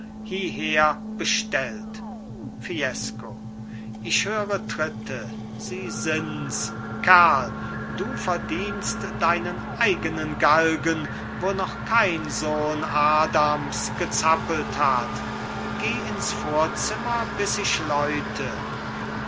hieher bestellt fiesco ich höre tritte sie sinds kerl du verdientest deinen eigenen galgen wo noch kein sohn adams gezappelt hat geh ins vorzimmer bis ich läute